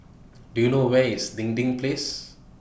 Do YOU know Where IS Dinding Place